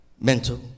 Mental